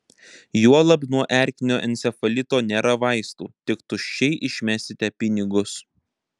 juolab nuo erkinio encefalito nėra vaistų tik tuščiai išmesite pinigus